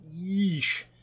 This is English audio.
Yeesh